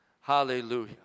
Hallelujah